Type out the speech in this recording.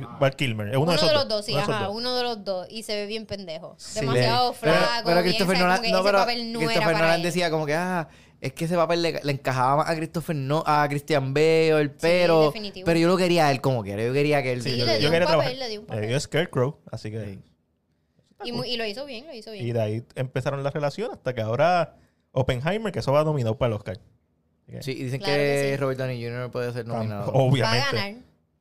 Val Kilmer, es uno de Uno esos de los dos, dos, sí, uno de esos ajá, dos. uno de los dos, y se ve bien pendejo, Sí. demasiado Pero- flaco, pero bien, Christopher sabe, Nolan- como que no, ese pero papel no era Christopher para Nolan él. decía como que, ah, es que ese papel le- le encajaba más a Christopher Nol- a Christian Bale, Sí, pero- definitivo. pero yo lo quería a él como que, yo quería que él- Sí, Sí, yo- le yo dio un quería trabajar. papel, le dio un Le dio papel. Scarecrow, así que- Sí. Y mu- y lo hizo bien, lo hizo bien. Y de ahí empezaron las relaciones, hasta que ahora Oppenheimer, que eso va nominado para el Oscar. ¿Sí? Sí, y dicen Claro que que sí. Robert Downey Jr. puede ser Ah, nominado. obviamente. Va a ganar.